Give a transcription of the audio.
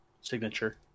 Signature